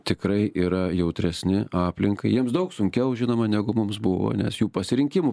tikrai yra jautresni aplinkai jiems daug sunkiau žinoma negu mums buvo nes jų pasirinkimų